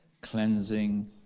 cleansing